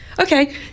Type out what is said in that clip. Okay